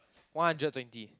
one hundred twenty